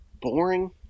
boring